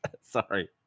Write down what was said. Sorry